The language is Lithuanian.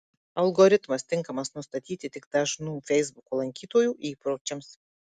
algoritmas tinkamas nustatyti tik dažnų feisbuko lankytojų įpročiams